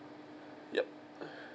yup